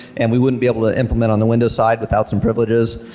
and we wouldn't be able to complement on the windows side without and privileges.